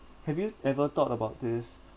have you ever thought about this